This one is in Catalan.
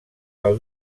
del